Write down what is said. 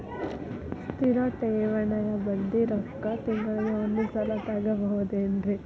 ಸ್ಥಿರ ಠೇವಣಿಯ ಬಡ್ಡಿ ರೊಕ್ಕ ತಿಂಗಳಿಗೆ ಒಂದು ಸಲ ತಗೊಬಹುದೆನ್ರಿ?